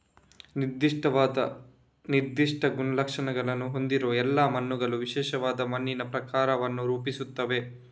ನಿರ್ದಿಷ್ಟವಾದ ನಿರ್ದಿಷ್ಟ ಗುಣಲಕ್ಷಣಗಳನ್ನು ಹೊಂದಿರುವ ಎಲ್ಲಾ ಮಣ್ಣುಗಳು ವಿಶಿಷ್ಟವಾದ ಮಣ್ಣಿನ ಪ್ರಕಾರವನ್ನು ರೂಪಿಸುತ್ತವೆ